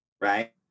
right